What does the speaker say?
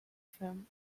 from